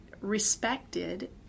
respected